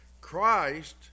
Christ